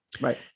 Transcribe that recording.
Right